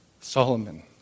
Solomon